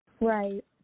Right